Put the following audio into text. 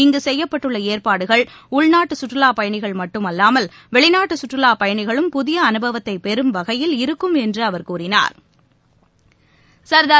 இங்கு செய்யப்பட்டுள்ளஏற்பாடுகள் உள்நாட்டுகற்றுலாப்பயணிகள் மட்டுமல்லாமல் வெளிநாட்டுசுற்றுலாபயணிகளும் புதியஅனுபவத்தைபெறும் வகையில் இருக்கும் என்றுஅவர் கூறினார்